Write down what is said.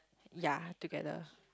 ya together